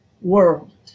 world